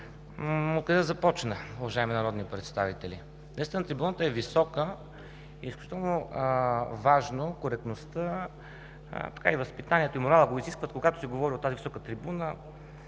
дебат. Уважаеми народни представители, наистина трибуната е висока. Изключително важна е коректността, а и възпитанието и моралът го изискват, когато се говори от тази висока трибуна,